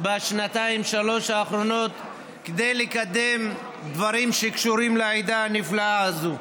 בשנתיים-שלוש האחרונות כדי לקדם דברים שקשורים לעדה הנפלאה הזו,